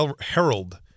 Herald